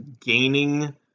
gaining